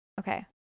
okay